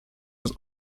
was